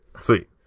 Sweet